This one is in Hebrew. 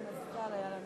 הצעות לסדר-היום.